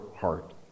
heart